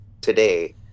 today